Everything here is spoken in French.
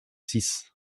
six